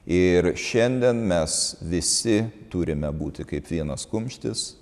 ir šiandien mes visi turime būti kaip vienas kumštis